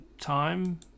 time